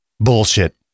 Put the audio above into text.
bullshit